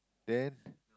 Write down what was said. then